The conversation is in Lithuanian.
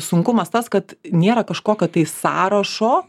sunkumas tas kad nėra kažkokio tai sąrašo